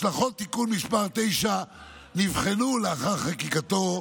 השלכות תיקון מס' 9 נבחנו לאחר חקיקתו,